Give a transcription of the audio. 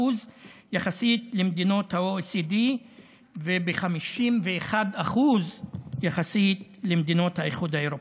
יחסית למדינות ה-OECD וב-51% יחסית למדינות האיחוד האירופי.